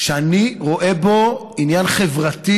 שאני רואה בו עניין חברתי.